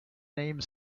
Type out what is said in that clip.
named